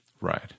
Right